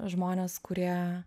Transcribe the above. žmones kurie